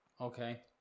Okay